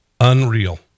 Unreal